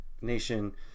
nation